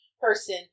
person